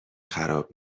خراب